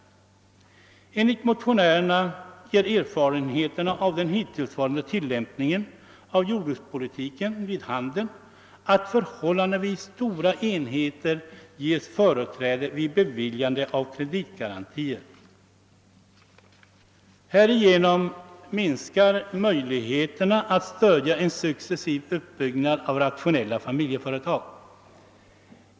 Enligt motionärerna ger erfarenheterna av den hittillsvarande tilllämpningen av jordbrukspolitiken vid handen att förhållandevis stora enheter ges företräde vid beviljande av kreditgarantier. Härigenom minskar möjligheterna att stödja en successiv uppbyggnad av rationella familjeföretag.